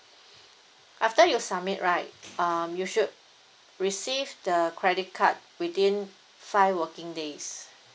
after you submit right um you should receive the credit card within five working days